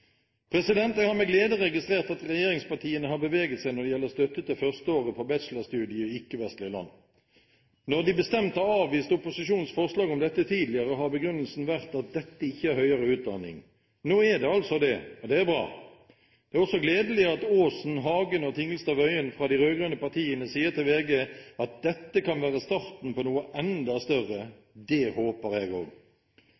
Jeg har med glede registrert at regjeringspartiene har beveget seg når det gjelder støtte til første år på bachelorstudiet i ikke-vestlige land. Når de bestemt har avvist opposisjonens forslag om dette tidligere, har begrunnelsen vært at «dette ikke er høyere utdanning». Nå er det altså det, og det er bra. Det er også gledelig at representantene Aasen, Hagen og Tingelstad Wøien fra de rød-grønne partiene sier til VG Nett at dette kan være starten på noe enda større.